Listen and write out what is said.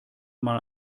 mal